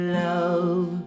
love